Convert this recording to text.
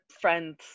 friends